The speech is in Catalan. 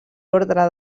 ordre